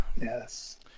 yes